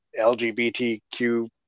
lgbtq